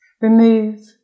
Remove